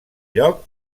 lloc